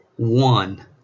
one